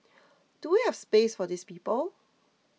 do we have space for these people